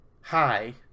Hi